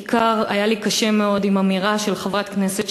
בעיקר היה לי קשה מאוד עם אמירה של חברת כנסת,